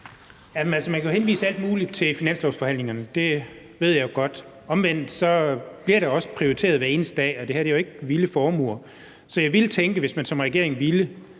man kan jo henvise alt muligt til finanslovsforhandlingerne; det ved jeg godt. Omvendt bliver der også prioriteret hver eneste dag, og det her er jo ikke vilde formuer. Så jeg ville tænke, at hvis man som regering ville,